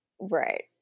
Right